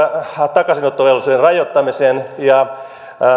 takaisinottovelvollisuuden rajoittamiseen ja